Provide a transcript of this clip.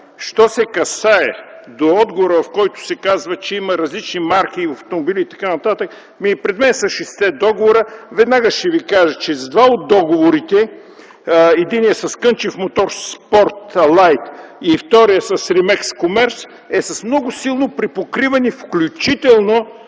Що се касае до отговора, в който се казва, че има различни марки автомобили и така нататък, ами, пред мен са шестте договора. Веднага ще Ви кажа, че два от договорите – единият с „КЪНЧЕВ моторспорт лайт” и вторият с „Римекс Комерс”, са с много силно припокриване, включително